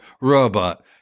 robot